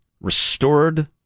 Restored